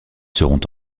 seront